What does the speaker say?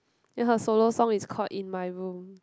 then her solo song is called In-My-Room